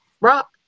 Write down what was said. Rock